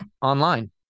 online